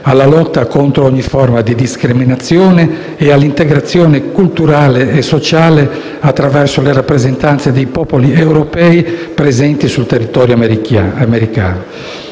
alla lotta contro ogni forma di discriminazione e all'integrazione culturale e sociale, attraverso le rappresentanze dei popoli europei presenti sul territorio americano.